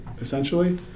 essentially